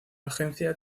agencia